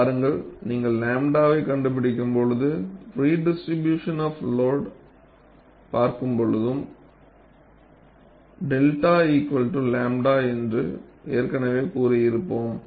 பாருங்கள் நீங்கள் 𝝺வைக் கண்டுபிடிக்கும் பொழுது ரிடிஸ்ட்ரிபியூஷன் ஆப் லோடு பார்க்கும்போது 𝚫 𝝺 என்று ஏற்கனவே கூறி இருப்போம்